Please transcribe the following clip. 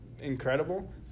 incredible